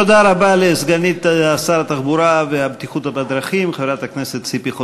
תודה רבה לסגנית שר התחבורה והבטיחות בדרכים חברת הכנסת ציפי חוטובלי.